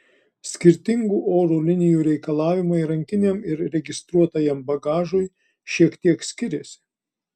skirtingų oro linijų reikalavimai rankiniam ir registruotajam bagažui šiek tiek skiriasi